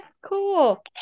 Cool